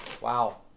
Wow